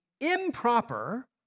improper